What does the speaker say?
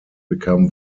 become